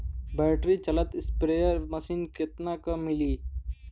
Battery चलत sprayer machine कितना क मिली?